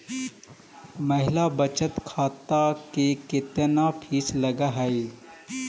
महिला बचत खाते के केतना फीस लगअ हई